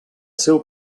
seu